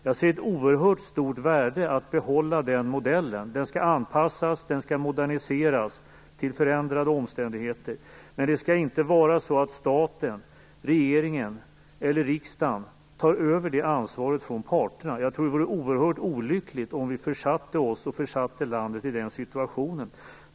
Jag ser ett oerhört stort värde i att behålla den modellen, men den skall moderniseras och anpassas till förändrade omständigheter. Det skall inte vara så att staten, regeringen eller riksdagen, tar över det ansvaret från parterna. Jag tror att det vore oerhört olyckligt om vi försatte oss och landet i den situationen.